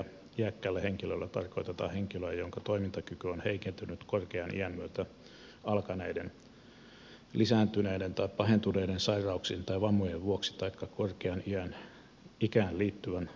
iäkkäällä henkilöllä tarkoitetaan henkilöä jonka toimintakyky on heikentynyt korkean iän myötä alkaneiden lisääntyneiden tai pahentuneiden sairauksien tai vammojen vuoksi taikka korkeaan ikään liittyvän rappeutumisen johdosta